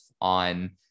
on